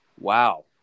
Wow